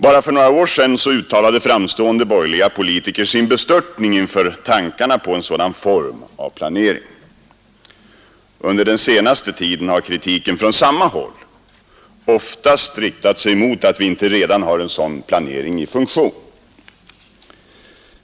Bara för några år sedan uttalade framstående borgerliga politiker sin bestörtning inför tanken på en sådan form av planering. Under den senaste tiden har kritiken från samma håll oftast riktat sig mot att vi inte redan har en sådan planering i funktion.